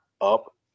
up